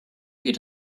geht